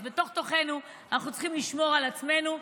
אז בתוך תוכנו אנחנו צריכים לשמור על עצמנו,